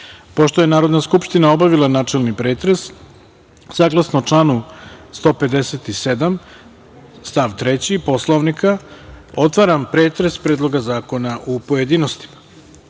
je Narodna skupština obavila načelni pretres, saglasno članu 157. stav 3. Poslovnika, otvaram pretres Predloga zakona u pojedinostima. Na